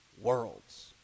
worlds